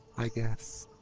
i guess.